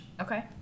Okay